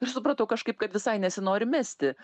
ir supratau kažkaip kad visai nesinori mesti